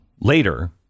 later